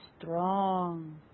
strong